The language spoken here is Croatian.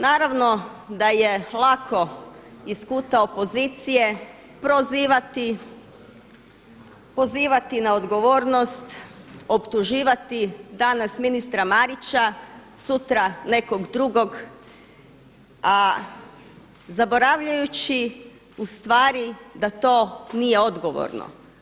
Naravno da je lako iz kuta opozicije prozivati, pozivati na odgovornost, optuživati danas ministra Marića, sutra nekog drugog, a zaboravljajući u stvari da to nije odgovorno.